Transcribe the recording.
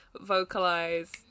vocalize